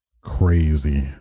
crazy